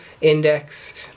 index